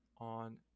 on